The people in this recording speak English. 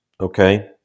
okay